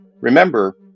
Remember